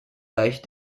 deich